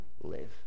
live